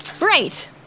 Right